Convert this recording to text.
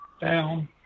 down